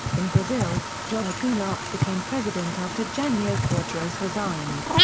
in brazil, joao goulart became president after janio quadros resigned.